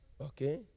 Okay